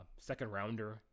second-rounder